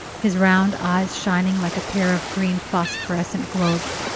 his round eyes shining like a pair of green phosphorescent globes.